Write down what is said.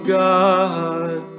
god